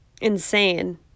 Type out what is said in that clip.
insane